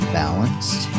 balanced